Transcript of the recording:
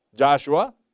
Joshua